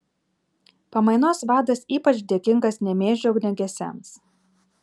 pamainos vadas ypač dėkingas nemėžio ugniagesiams